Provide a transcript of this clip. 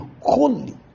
holy